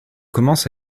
commence